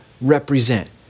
represent